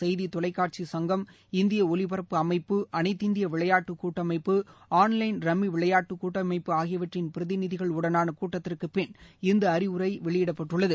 செய்தி தொலைக்காட்சி சங்கம் இந்திய ஒலிபரப்பு அமைப்பு அளைத்திந்திய விளையாட்டு கூட்டமைப்பு ஆன்லைள் ரம்மி விளையாட்டு கூட்டளமப்பு ஆகியவற்றின் பிரதிநிதிகளுடனாள கூட்டத்திற்குப்பின் இந்த அறிவுரை வெளியிடப்பட்டுள்ளது